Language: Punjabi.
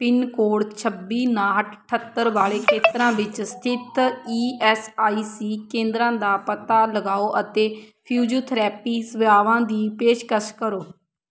ਪਿੰਨ ਕੋਡ ਛੱਬੀ ਉਣਾਹਠ ਅੱਠਤਰ ਵਾਲੇ ਖੇਤਰਾਂ ਵਿੱਚ ਸਥਿਤ ਈ ਐਸ ਆਈ ਸੀ ਕੇਂਦਰਾਂ ਦਾ ਪਤਾ ਲਗਾਓ ਅਤੇ ਫਿਜ਼ੀਓਥੈਰੇਪੀ ਸੇਵਾਵਾਂ ਦੀ ਪੇਸ਼ਕਸ਼ ਕਰੋ